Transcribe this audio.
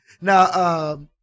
Now